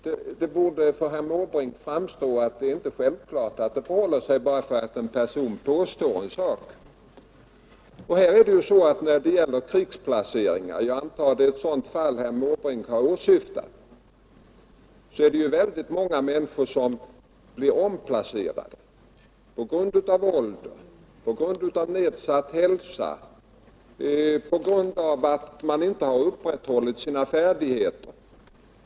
Det borde herr Måbrink inse. Nr 106 När det gäller krigsplaceringar — jag antar att det är ett sådant fall herr Torsdagen den Måbrink har åsyftat — är det många människor som blivit omplacerade på 24 oktober 1974 grund av ålder eller nedsatt hälsa eller på grund av att man inte har uppehållit sin färdigheter.